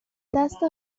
دست